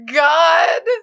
god